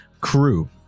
crew